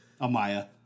Amaya